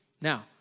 Now